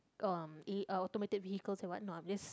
uh automatic vehicles and what not I'm just